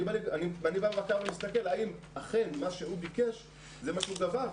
אני בא בבקרה ומסתכל אם אכן מה שהוא ביקש זה מה שהוא גבה,